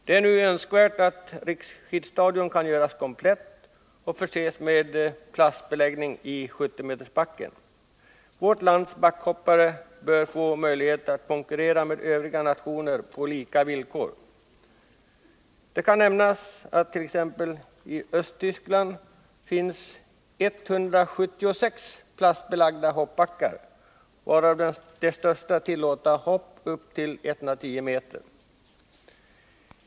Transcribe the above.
Det är nu önskvärt att Riksskidstadion kan göras komplett och 70 metersbacken förses med plastbeläggning. Vårt lands backhoppare bör få möjlighet att konkurrera med övriga nationer på lika villkor. Det kan nämnas att t.ex. Östtyskland har 176 plastbelagda hoppbackar, varav de största tillåter hopp på upp till 110 m.